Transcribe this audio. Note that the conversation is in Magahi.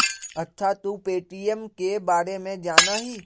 अच्छा तू पे.टी.एम के बारे में जाना हीं?